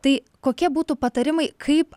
tai kokie būtų patarimai kaip